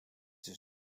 dus